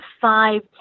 five